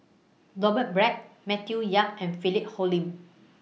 Robert Black Matthew Yap and Philip Hoalim